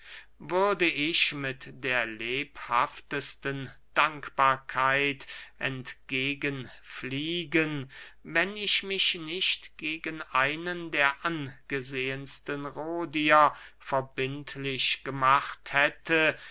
würde ich mit der lebhaftesten dankbarkeit entgegen fliegen wenn ich mich nicht gegen einen der angesehensten rhodier verbindlich gemacht hätte